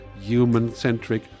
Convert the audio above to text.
human-centric